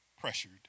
pressured